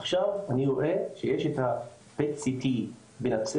עכשיו אני רואה כשיש את ה-PET CT בנצרת,